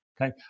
Okay